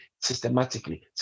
systematically